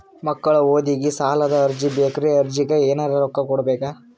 ಮಕ್ಕಳ ಓದಿಗಿ ಸಾಲದ ಅರ್ಜಿ ಬೇಕ್ರಿ ಅರ್ಜಿಗ ಎನರೆ ರೊಕ್ಕ ಕೊಡಬೇಕಾ?